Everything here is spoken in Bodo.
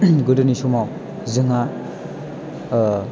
गोदोनि समाव जोंहा